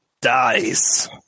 dies